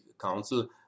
Council